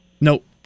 Nope